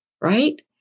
right